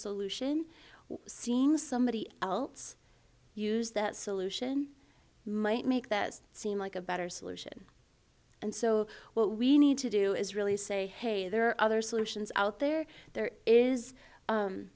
solution we're seeing somebody else use that solution might make that seem like a better solution and so what we need to do is really say hey there are other solutions out there there is